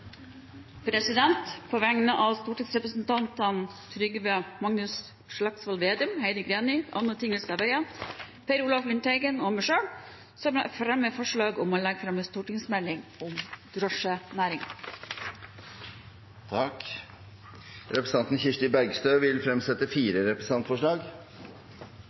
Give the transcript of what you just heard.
På vegne av stortingsrepresentantene Trygve Slagsvold Vedum, Heidi Greni, Anne Tingelstad Wøien, Per Olaf Lundteigen og meg selv fremmer jeg forslag om å be regjeringen legge fram en stortingsmelding om drosjenæringen. Representanten Kirsti Bergstø vil fremsette fire representantforslag.